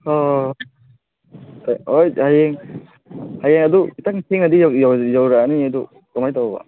ꯍꯣꯏ ꯍꯣꯏ ꯍꯌꯦꯡ ꯑꯗꯨ ꯈꯤꯇꯪ ꯊꯦꯡꯅꯗꯤ ꯌꯧꯔꯛꯑꯅꯤ ꯑꯗꯨ ꯀꯔꯃꯥꯏꯅ ꯇꯧꯕ